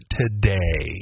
today